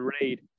read